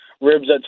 ribs